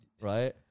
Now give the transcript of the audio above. right